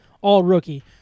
all-rookie